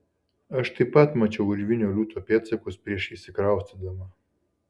aš taip pat mačiau urvinio liūto pėdsakus prieš įsikraustydama